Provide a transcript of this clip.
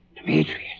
Demetrius